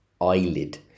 eyelid